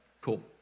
Cool